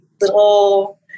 little